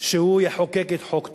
שהוא יחוקק את חוק טל,